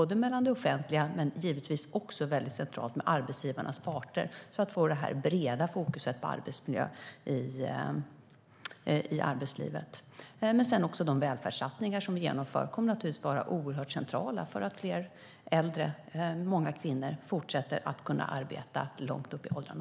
Det gäller givetvis såväl mellan det offentliga som centralt med arbetsgivarnas parter, för att få det breda fokuset på arbetsmiljön. De välfärdssatsningar vi genomför kommer också att vara centrala för att fler äldre, många av dem kvinnor, kommer att kunna fortsätta arbeta långt upp i åldrarna.